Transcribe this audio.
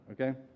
okay